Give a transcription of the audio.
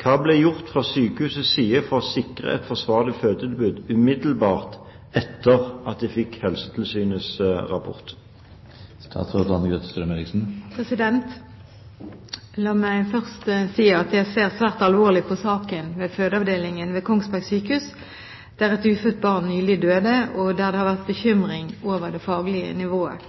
Hva ble gjort fra sykehusets side for å sikre et forsvarlig fødetilbud, umiddelbart etter at de fikk Helsetilsynets rapport?» La meg først si at jeg ser svært alvorlig på saken ved fødeavdelingen ved Kongsberg sykehus, der et ufødt barn nylig døde, og der det har vært bekymring over det faglige nivået.